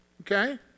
Okay